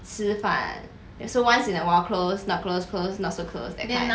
吃饭 so once in a while close not close close not so close and like